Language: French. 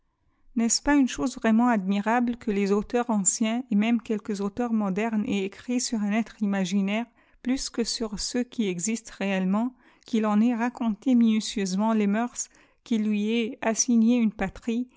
cç pas une chose vraiment admirable que les auteurs anciens et même quelques auteurs modernes aient écrit sur un être imaginaire plus que sur ceux qui existent réellement qu'ils en aient raconté minutieusement les mœurs qu'ils lui aient as signé une patrie